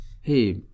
hey